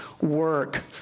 work